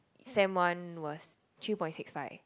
sem one was three point six five